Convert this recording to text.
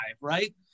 right